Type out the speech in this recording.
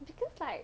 because like